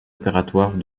opératoires